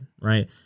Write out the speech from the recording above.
right